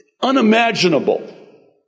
unimaginable